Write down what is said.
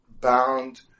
bound